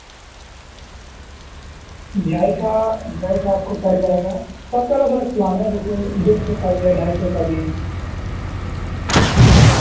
وی I کا V I کا آپ کو پڑ جائے گا سب کا الگ الگ پلان ہے جیسے دو سو کا بھی ہے ڈھائی سو کا بھی ہے